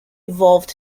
evolved